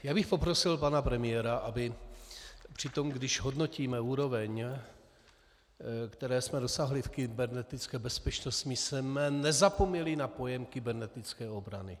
Já bych poprosil pana premiéra, abychom při tom, když hodnotíme úroveň, které jsme dosáhli v kybernetické bezpečnosti, nezapomněli na pojem kybernetické obrany.